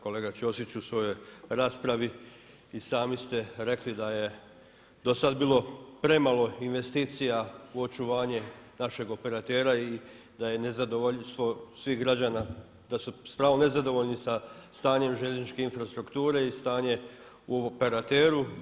Kolega Čosić u svojoj raspravi i sami ste rekli da je do sada bilo premalo investicija u očuvanje našeg operatera i da je nezadovoljstvo svih građani da su s pravom nezadovoljni sa stanjem željezničke infrastrukture i stanje u operateru.